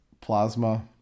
plasma